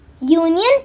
union